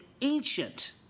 ancient